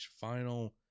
final